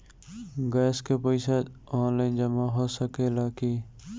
Gas के पइसा online जमा हो सकेला की?